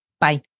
Bye